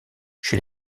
chez